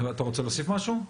אתה רוצה להוסיף משהו?